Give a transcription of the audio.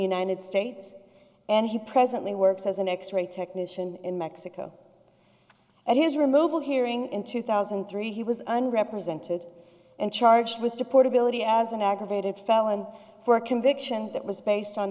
united states and he presently works as an x ray technician in mexico and his removal hearing in two thousand and three he was under represented and charged with deport ability as an aggravated felony for a conviction that was based on